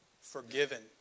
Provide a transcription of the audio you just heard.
forgiven